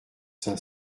saint